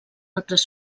altres